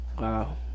Wow